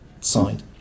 side